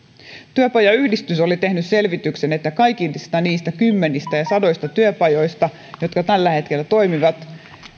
työpajayhdistys oli tehnyt selvityksen että kaikista niistä sadoista työpajoista jotka tällä hetkellä toimivat